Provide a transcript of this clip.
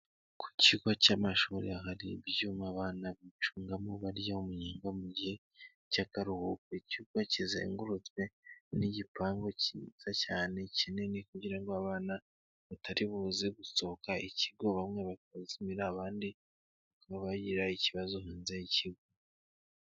Ku kigo cy'amashuri hari ibyuma abana bacungamo barya umunyenga mu gihe cy'akaruhuko, ikigo kizengurutswe n'igipangu kiza cyane kinini kugira ngo abana batari buze gusohoka ikigo bamwe bakazimira abandi bakaba bagirira ikibazo hanze y'ikigo.